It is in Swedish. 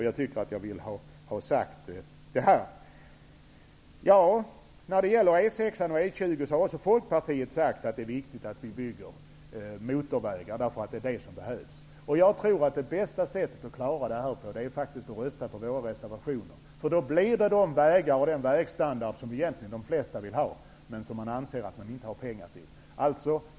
Jag vill ha sagt det. När det gäller E 6 och E 20 har också Folkpartiet sagt att det är viktigt att vi bygger motorvägar, därför att det är det som behövs. Det bästa sättet att klara det är faktiskt att rösta på våra reservationer, för då blir det de vägar och den vägstandard som de flesta egentligen vill ha, men som regeringen anser att vi inte har pengar till.